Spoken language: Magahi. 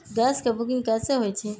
गैस के बुकिंग कैसे होईछई?